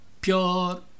pure